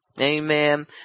Amen